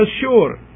sure